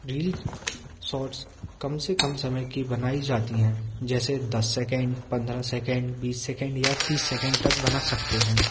reel shorts कम से कम समय की बनाई जाती हैं जैसे दस सेकंड पंद्रह सेकंड बीस सेकंड या तीस सेकंड तक बना सकते हैं